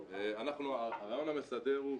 הרעיון המסדר הוא,